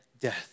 death